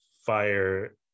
fire